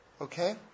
Okay